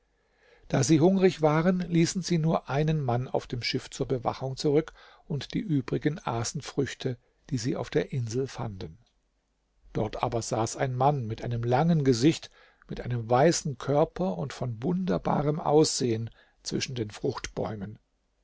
da sie hungrig waren ließen sie nur einen mann auf dem schiff zur bewachung zurück und die übrigen aßen früchte die sie auf der insel fanden dort aber saß ein mann mit einem langen gesicht mit einem weißen körper und von wunderbarem aussehen zwischen den